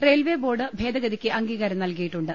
railway board ഭേദഗതിക്ക് അംഗീകാരം നൽകിയിട്ടുണ്ട്